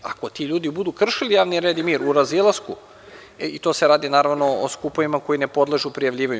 Ako ti ljudi budu kršili javni red i mir u razilasku i to se radi naravno o skupovima koji ne podležu prijavljivanju.